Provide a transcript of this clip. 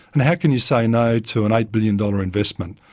and how can you say no to an eight billion dollars investment?